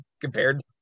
compared